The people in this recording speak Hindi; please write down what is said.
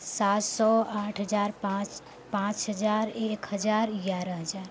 सात सौ आठ हज़ार पाँच पाँच हज़ार एक हज़ार ग्यारह हज़ार